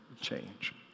change